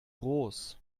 groß